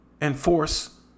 enforce